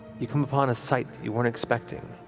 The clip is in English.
you come upon a sight that you weren't expecting.